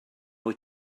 wyt